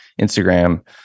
Instagram